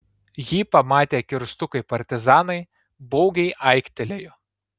jį pamatę kirstukai partizanai baugiai aiktelėjo